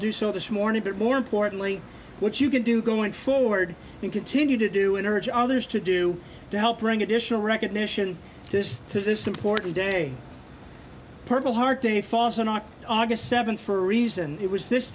do so this morning but more importantly what you can do going forward and continue to do and urge others to do to help bring additional recognition to this to this important day purple heart day falls on our august seventh for a reason it was this